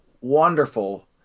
wonderful